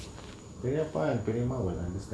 periyappa and periyamma will understand